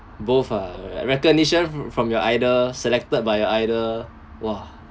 both ah recognition from your either selected by your either !wah!